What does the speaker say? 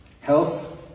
health